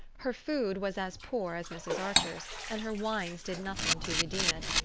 her food was as poor as mrs. archer's, and her wines did nothing to redeem it.